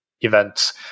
events